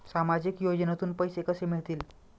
सामाजिक योजनेतून पैसे कसे मिळतील?